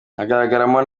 hagaragaramo